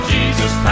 Jesus